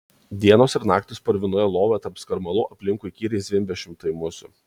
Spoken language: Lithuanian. dienos ir naktys purvinoje lovoje tarp skarmalų aplinkui įkyriai zvimbia šimtai musių